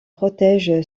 protège